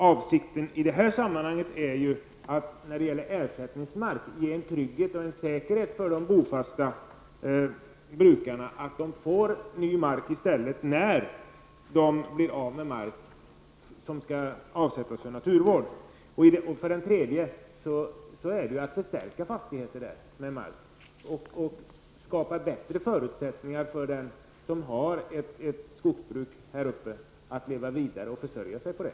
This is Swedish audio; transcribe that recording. Avsikten med ersättningsmarken är att ge de bofasta brukarna trygghet och säkerhet, dvs. att de får ny mark när de blir av med mark som skall avsättas för naturvård. Slutligen sker det för att förstärka fastigheter med mark och skapa bättre förutsättningar för dem som har ett skogsbruk här uppe att leva vidare och försörja sig på det.